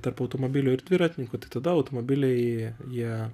tarp automobilių ir dviratininkų tai tada automobiliai jie